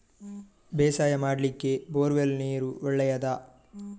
ಬೇಸಾಯ ಮಾಡ್ಲಿಕ್ಕೆ bore well ನೀರು ಒಳ್ಳೆಯದಾ?